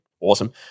Awesome